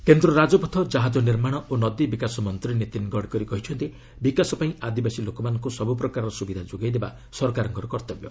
ଗଡ଼କରୀ କେନ୍ଦ୍ର ରାଜପଥ ଜାହାଜ ନିର୍ମାଣ ଓ ନଦୀ ବିକାଶ ମନ୍ତ୍ରୀ ନୀତିନ୍ ଗଡ଼କରୀ କହିଛନ୍ତି ବିକାଶ ପାଇଁ ଆଦିବାସୀ ଲୋକମାନଙ୍କୁ ସବୁ ପ୍ରକାର ସୁବିଧା ଯୋଗାଇଦେବା ସରକାରଙ୍କ କର୍ତ୍ତବ୍ୟ